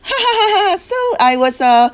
so I was uh